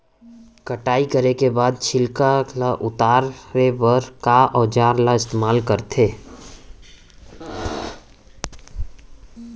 कटाई करे के बाद छिलका ल उतारे बर का औजार ल इस्तेमाल करथे?